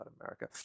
America